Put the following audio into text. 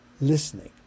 Listening